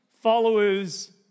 followers